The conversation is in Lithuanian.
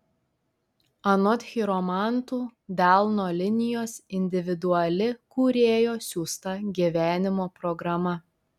anot chiromantų delno linijos individuali kūrėjo siųsta gyvenimo programa